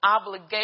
obligation